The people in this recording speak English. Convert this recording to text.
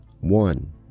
One